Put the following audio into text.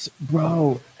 Bro